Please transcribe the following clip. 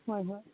ꯍꯣꯏ ꯍꯣꯏ